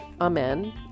amen